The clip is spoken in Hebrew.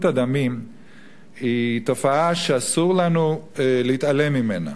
הדמים היא תופעה שאסור לנו להתעלם ממנה.